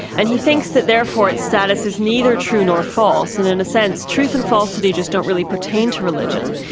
and he thinks that therefore its status is neither true nor false, and in a sense truth and falsity just don't really pertain to religion.